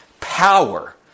power